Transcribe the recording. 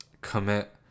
commit